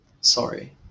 Sorry